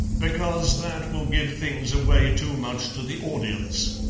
because that will give things away too much to the audience.